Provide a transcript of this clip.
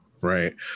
right